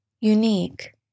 unique